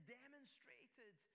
demonstrated